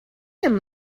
him